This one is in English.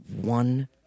one